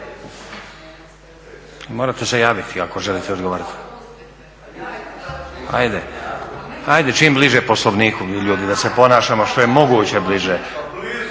Morate se javiti ako želite odgovoriti. … /Upadica se ne razumije./ … Ajde, čim bliže poslovniku ljudi da se ponašamo, što je moguće bliže.